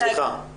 סליחה.